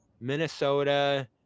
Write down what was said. minnesota